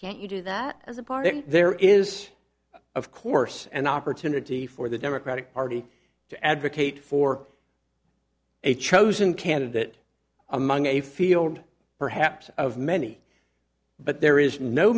can't you do that as a party there is of course an opportunity for the democratic party to advocate for a chosen candidate among a field perhaps of many but there is no